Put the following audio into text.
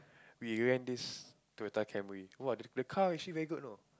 we rent this Toyota Camry !wah! the car actually very good you know